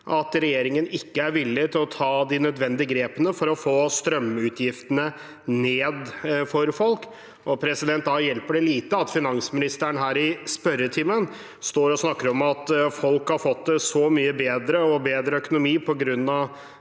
at regjeringen ikke er villig til å ta de nødvendige grepene for å få strømutgiftene ned for folk. Da hjelper det lite at finansministeren her i spørretimen står og snakker om at folk har fått det så mye bedre, og at de har fått bedre økonomi på grunn av